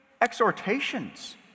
exhortations